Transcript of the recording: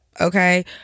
okay